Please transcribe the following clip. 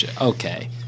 okay